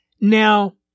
Now